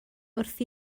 wrth